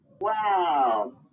Wow